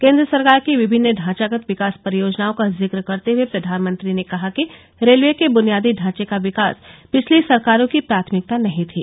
केन्द्र सरकार की विभिन्न ढांचागत विकास परियोजनाओं का जिक्र करते हुए प्रधानमंत्री ने कहा कि रेलवे के बुनियादी ढांचे का विकास पिछली सरकारों की प्राथमिकता नहीं थी